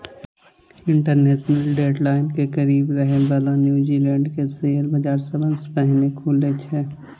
international date line के करीब रहै बला न्यूजीलैंड के शेयर बाजार सबसं पहिने खुलै छै